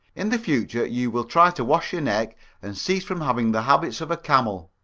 in the future you will try to wash your neck and cease from having the habits of a camel.